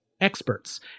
experts